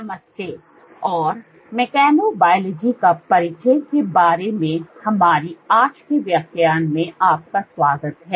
नमस्ते और mechanobiology का परिचय के बारे में हमारी आज के व्याख्यान में आपका स्वागत है